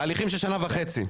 תהליכים של שנה וחצי.